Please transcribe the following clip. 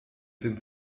sind